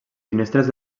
finestres